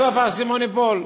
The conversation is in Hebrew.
בסוף האסימון ייפול.